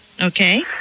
Okay